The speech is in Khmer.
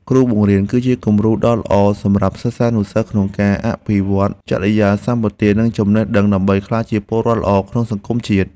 គ្រូបង្រៀន គឺជាគំរូដ៏ល្អសម្រាប់សិស្សានុសិស្សក្នុងការអភិវឌ្ឍចរិយាសម្បទានិងចំណេះដឹង ដើម្បីក្លាយជាពលរដ្ឋល្អក្នុងសង្គមជាតិ។